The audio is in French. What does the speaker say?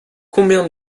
combien